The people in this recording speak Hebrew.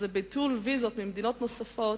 ביטול ויזות ממדינות נוספות,